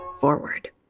forward